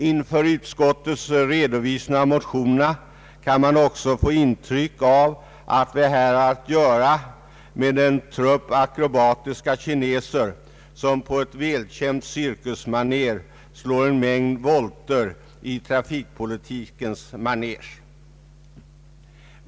Inför utskottets redovisning av motionerna kan man också få ett intryck av att vi här har att göra med en trupp akrobatiska kineser, som på välkänt cirkusmanér slår en mängd volter i trafikpolitikens manege.